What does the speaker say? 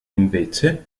invece